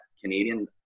canadian